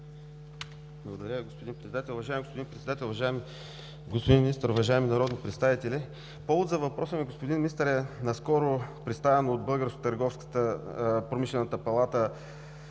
Благодаря, господин Председател! Уважаеми господин Председател, уважаеми господин Министър, уважаеми народни представители! Повод за въпроса ми, господин Министър, е наскоро представеното от Българската търговско-промишлена палата